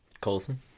Colson